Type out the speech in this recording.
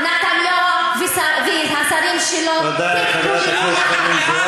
אתם יכולים לעשות פה כל מה שאתם רוצים.